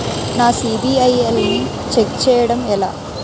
నా సిబిఐఎల్ ని ఛెక్ చేయడం ఎలా?